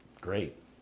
great